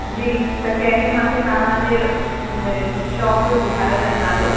जी त कंहिंमें मूंखे तव्हांजे शॉप जो ॿुधायो हुअसि नालो